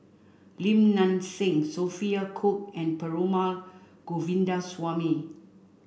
Lim Nang Seng Sophia Cooke and Perumal Govindaswamy